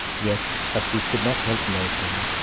yet, as we could not help noting,